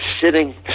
sitting